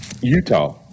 Utah